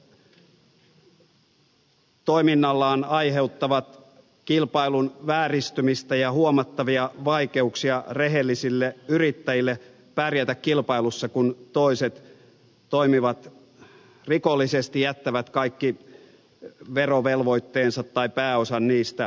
talousrikolliset toiminnallaan aiheuttavat kilpailun vääristymistä ja huomattavia vaikeuksia rehellisille yrittäjille pärjätä kilpailussa kun toiset toimivat rikollisesti jättävät kaikki verovelvoitteensa tai pääosan niistä maksamatta